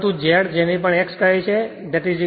પરંતુ Z જેને X પણ કહે છે X1 X2